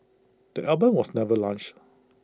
the album was never launched